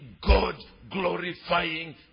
God-glorifying